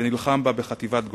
ונלחם בה בחטיבת גולני,